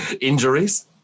Injuries